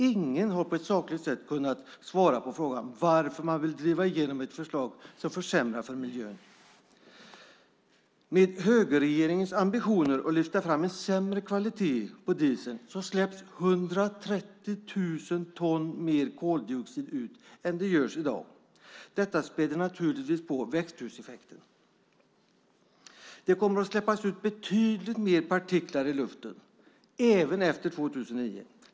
Ingen har på ett sakligt sätt kunnat svara på frågan om varför man vill driva igenom ett förslag som försämrar för miljön. Med högerregeringens ambitioner att lyfta fram en sämre kvalitet på dieseln kommer 130 000 ton mer koldioxid att släppas ut än i dag. Detta späder naturligtvis på växthuseffekten. Det kommer att släppas ut betydligt fler partiklar i luften - även efter 2009.